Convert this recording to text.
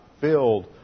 filled